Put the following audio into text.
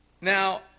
Now